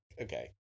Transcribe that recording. Okay